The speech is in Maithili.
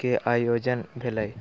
के आयोजन भेलै